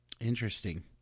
Interesting